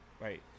Right